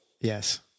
Yes